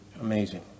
Amazing